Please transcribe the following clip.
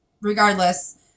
regardless